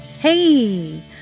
Hey